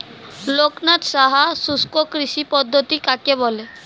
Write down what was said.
লোকনাথ সাহা শুষ্ককৃষি পদ্ধতি কাকে বলে?